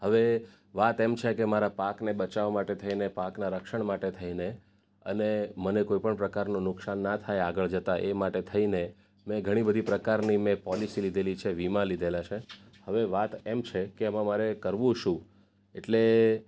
હવે વાત એમ છે કે મારા પાકને બચાવવા માટે થઈને પાકનાં રક્ષણ માટે થઈને અને મને કોઈ પણ પ્રકારનું નુકસાન ના થાય આગળ જતાં એ માટે થઈને મેં ઘણી બધી પ્રકારની મેં પોલિસી લીધેલી છે વીમા લીધેલા છે હવે વાત એમ છે કે એમાં મારે કરવું શું એટલે